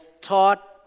taught